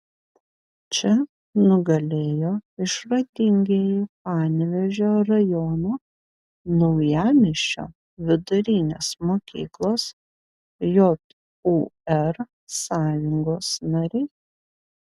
čia nugalėjo išradingieji panevėžio rajono naujamiesčio vidurinės mokyklos jūr sąjungos nariai